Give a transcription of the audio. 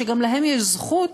שגם להם יש זכות